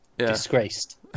Disgraced